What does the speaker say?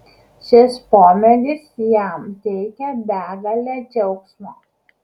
šis pomėgis jam teikia begalę džiaugsmo